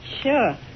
Sure